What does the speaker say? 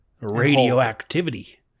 Radioactivity